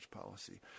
policy